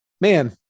Man